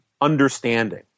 understanding